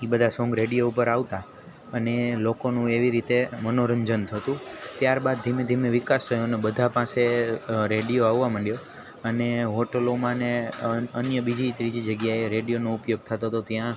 એ બધા song radio ઉપર આવતા અને લોકોનું એવી રીતે મનોરંજન થતું ત્યારબાદ ધીમે ધીમે વિકાસ થયો અને બધા પાસે રેડિયો આવવા મંડ્યો અને હોટલોમાંને અન અન્ય બીજી ત્રીજી જગ્યાએ રેડિયોનો ઉપયોગ થતો તો ત્યાં